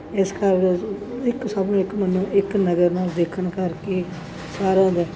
ਇਸ ਕਰ ਇੱਕ ਸਭ ਨੂੰ ਇਕ ਮੰਨੋ ਇੱਕ ਨਜ਼ਰ ਨਾਲ ਦੇਖਣ ਕਰਕੇ ਸਾਰਿਆਂ ਦਾ